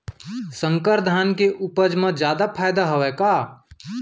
संकर धान के उपज मा जादा फायदा हवय का?